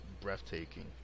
breathtaking